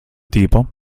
tipo